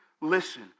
Listen